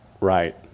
right